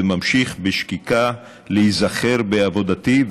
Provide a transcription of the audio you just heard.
וממשיך בשקיקה להיזכר בעבודתי,